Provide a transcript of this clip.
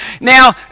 Now